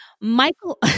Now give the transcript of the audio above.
michael